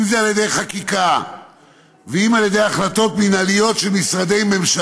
אם זה על ידי חקיקה ואם על ידי החלטות מינהליות של משרד ממשלה,